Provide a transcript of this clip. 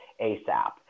ASAP